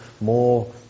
more